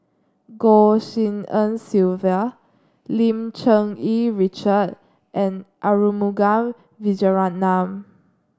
Goh Tshin En Sylvia Lim Cherng Yih Richard and Arumugam Vijiaratnam